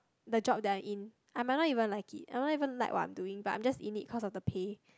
the job that I'm in I might not even like it I don't even like what I'm doing but I'm just in it cause of the pay